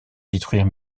détruire